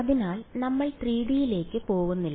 അതിനാൽ നമ്മൾ 3D യിലേക്ക് പോകുന്നില്ല